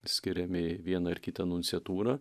skiriami vieną ar kitą nunciatūrą